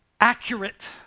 accurate